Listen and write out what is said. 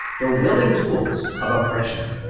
the willing tools of oppression.